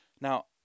Now